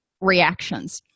reactions